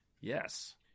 Yes